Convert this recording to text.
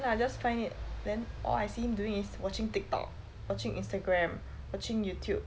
then I just find it then all I see him doing is watching tiktok watching instagram watching youtube